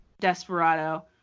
Desperado